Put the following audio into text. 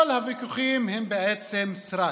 כל הוויכוחים הם בעצם סרק,